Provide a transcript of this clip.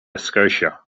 scotia